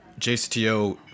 JCTO